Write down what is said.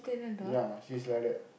ya she's like that